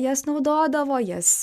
jas naudodavo jas